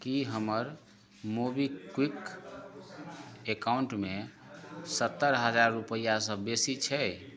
कि हमर मोबिक्विक एकाउण्टमे सत्तरि हजार रुपैआसँ बेसी छै